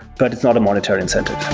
but it's not a monetary incentive.